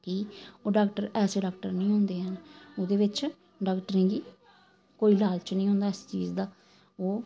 कि ओह् डॉक्टर ऐसे डॉक्टर निं होंदे हैन ओह्दे बिच डॉक्टरें गी कोई लालच निं होंदा इस चीज दा ओह्